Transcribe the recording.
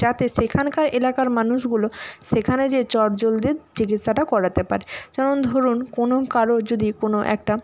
যাতে সেখানকার এলাকার মানুষগুলো সেখানে যেয়ে চটজলদি চিকিৎসাটা করাতে পারে যেমন ধরুন কোনও কারোর যদি কোনও একটা